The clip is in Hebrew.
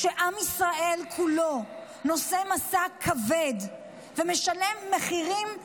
כשעם ישראל כולו נושא משא כבד ומשלם מחירים כבדים,